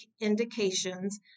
indications